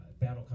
battle